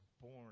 born